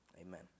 amen